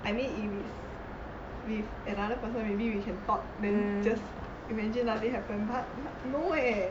I mean if it is with another person maybe we can talk then just imagine nothing happen but no eh